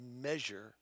measure